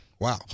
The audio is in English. wow